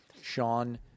Sean